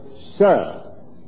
sir